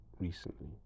recently